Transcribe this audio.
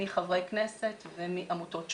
מחברי כנסת ומעמותות שונות.